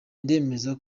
ndemeza